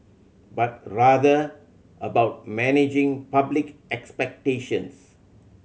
but rather about managing public expectations